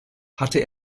hatte